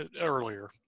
earlier